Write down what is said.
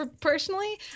Personally